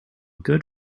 good